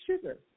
sugar